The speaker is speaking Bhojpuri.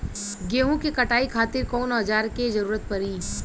गेहूं के कटाई खातिर कौन औजार के जरूरत परी?